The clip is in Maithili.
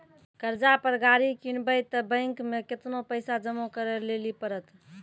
कर्जा पर गाड़ी किनबै तऽ बैंक मे केतना पैसा जमा करे लेली पड़त?